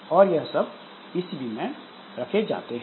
और यह सब पीसीबी में रखे जाते हैं